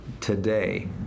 today